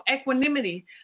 equanimity